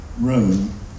room